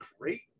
great